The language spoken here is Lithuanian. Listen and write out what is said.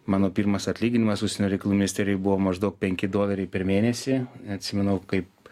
mano pirmas atlyginimas užsienio reikalų ministerijoj buvo maždaug penki doleriai per mėnesį atsimenu kaip